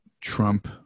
Trump